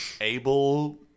able